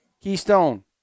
Keystone